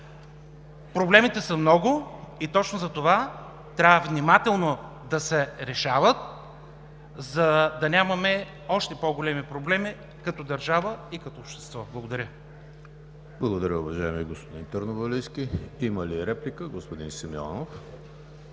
Проблемите са много и точно затова трябва внимателно да се решават, за да нямаме още по-големи проблеми като държава и като общество. Благодаря. ПРЕДСЕДАТЕЛ ЕМИЛ ХРИСТОВ: Благодаря, уважаеми господин Търновалийски. Има ли реплики? Господин Симеонов